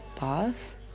boss